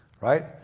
right